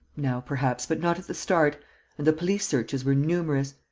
now perhaps, but not at the start and the police searches were numerous.